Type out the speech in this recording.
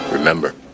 Remember